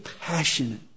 passionate